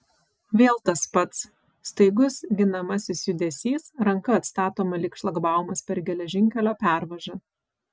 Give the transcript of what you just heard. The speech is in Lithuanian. vėl tas pats staigus ginamasis judesys ranka atstatoma lyg šlagbaumas per geležinkelio pervažą